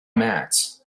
mats